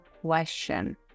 question